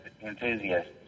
enthusiasts